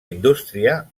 indústria